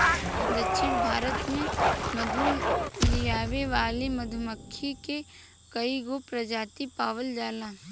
दक्षिण भारत में मधु लियावे वाली मधुमक्खी के कईगो प्रजाति पावल जाला